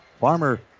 Farmer